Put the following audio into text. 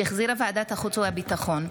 שהחזירה ועדת החוץ והביטחון.